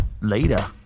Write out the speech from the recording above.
later